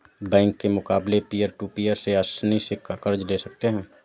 bank के मुकाबले peer to peer से आसनी से कर्ज ले सकते है